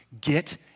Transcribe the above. get